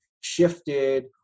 shifted